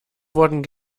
wurden